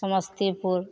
Samastipur